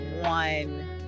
one